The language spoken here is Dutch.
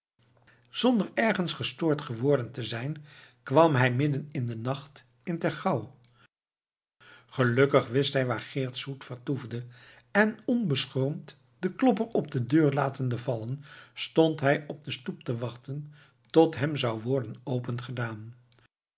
zonder ergens gestoord geworden te zijn kwam hij midden in den nacht in ter gouw gelukkig wist hij waar geert soet vertoefde en onbeschroomd den klopper op de deur latende vallen stond hij op de stoep te wachten tot hem zou worden